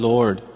Lord